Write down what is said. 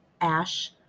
ash